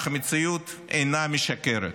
אך המציאות אינה משקרת: